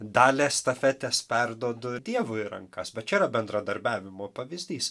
dalį estafetės perduodu dievui į rankas bet čia yra bendradarbiavimo pavyzdys